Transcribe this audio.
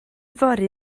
fory